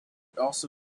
also